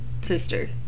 sister